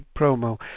promo